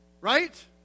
Right